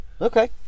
Okay